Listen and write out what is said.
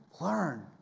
learn